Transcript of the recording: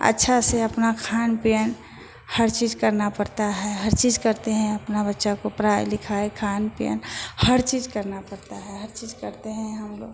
अच्छे से अपना खान पियन हर चीज़ करना पड़ता है ह हर चीज़ करते हैं अपना बच्चे की पढ़ाई लिखाई खान पियन हर चीज़ करना पड़ता है हर चीज़ करते हैं हम